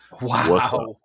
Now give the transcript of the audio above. Wow